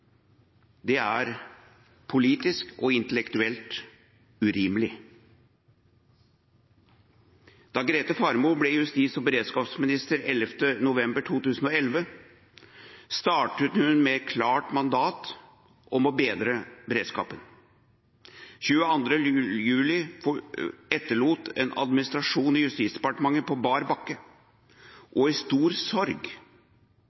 det er politisk og intellektuelt urimelig. Da Grete Faremo ble justis- og beredskapsminister 11. november 2011, startet hun med et klart mandat om å bedre beredskapen. 22. juli etterlot en administrasjon i Justisdepartementet på bar bakke og i stor sorg.